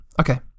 Okay